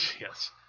yes